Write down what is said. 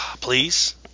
Please